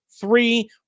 three